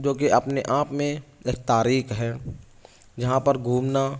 جو کہ اپنے آپ میں ایک تاریخ ہے یہاں پر گھومنا